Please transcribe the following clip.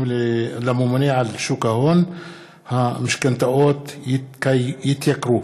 לממונה על שוק ההון המשכנתאות יתייקרו,